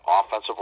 offensive